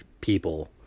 people